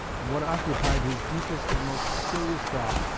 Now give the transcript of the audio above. and what occupied his deepest and most serious thought,